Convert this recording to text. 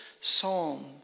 psalm